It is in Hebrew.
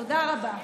תודה רבה.